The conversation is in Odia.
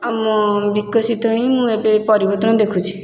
ଆମ ବିକଶିତ ହିଁ ମୁଁ ଏବେ ପରିବର୍ତ୍ତନ ଦେଖୁଛି